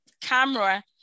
camera